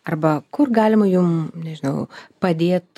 arba kur galima jum nežinau padėt